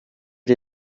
die